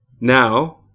now